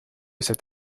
cet